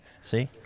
See